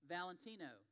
Valentino